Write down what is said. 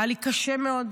היה לי קשה מאוד,